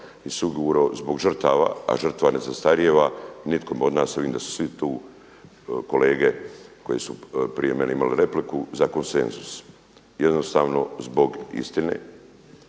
i sigurno zbog žrtava. A žrtva ne zastarijeva. Nikom od nas, a vidim sa su svi tu kolege koje su prije mene imali repliku, za konsenzus, jednostavno zbog istine